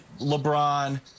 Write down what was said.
LeBron